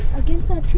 against